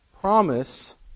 promise